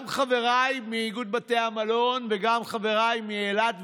גם חבריי מאיגוד בתי המלון וגם חבריי מאילת,